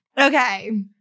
Okay